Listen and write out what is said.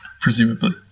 presumably